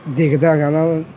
ਦੇਖਦਾ ਹੈਗਾ ਵਾ